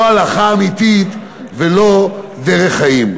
לא הלכה אמיתית ולא דרך חיים.